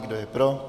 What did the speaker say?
Kdo je pro?